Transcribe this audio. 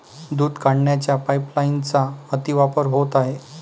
दूध काढण्याच्या पाइपलाइनचा अतिवापर होत आहे